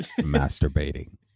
masturbating